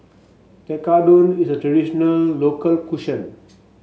Tekkadon is a traditional local